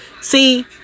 see